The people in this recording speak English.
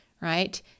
right